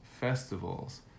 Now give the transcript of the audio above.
festivals